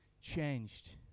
changed